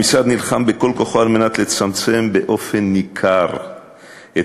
המשרד נלחם בכל כוחו על מנת לצמצם באופן ניכר את